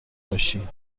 باشی